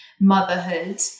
motherhood